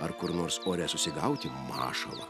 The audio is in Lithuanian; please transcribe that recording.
ar kur nors ore susigauti mašalą